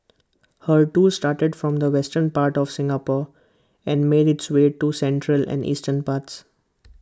her tour started from the western part of Singapore and made its way to the central and eastern parts